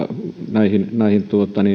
näihin näihin